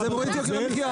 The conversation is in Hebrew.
המחיה.